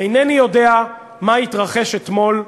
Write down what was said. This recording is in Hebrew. אינני יודע מה התרחש אתמול בסוריה.